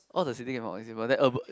all the city got more eczema